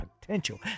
potential